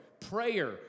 prayer